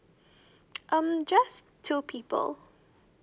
um just two people